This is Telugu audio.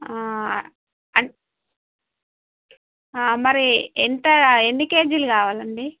అంటే మరి ఎంత ఎన్ని కేజీలు కావాలండి